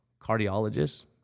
cardiologists